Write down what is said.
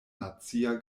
nacia